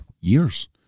years